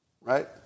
Right